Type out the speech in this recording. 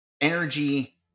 energy